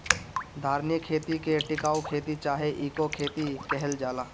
धारणीय खेती के टिकाऊ खेती चाहे इको खेती कहल जाला